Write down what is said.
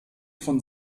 von